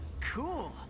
Cool